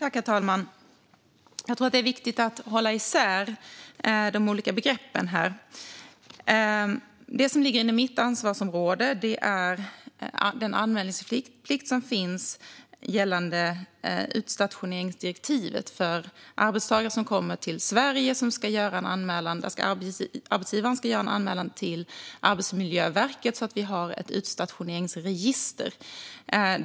Herr talman! Jag tror att det är viktigt att hålla isär de olika begreppen. Det som ligger inom mitt ansvarsområde är den anmälningsplikt som finns gällande utstationeringsdirektivet för arbetstagare som kommer till Sverige. Arbetsgivaren ska göra en anmälan till Arbetsmiljöverket så att vi har ett utstationeringsregister.